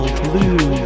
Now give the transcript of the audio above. blue